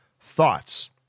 thoughts